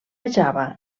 java